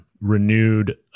renewed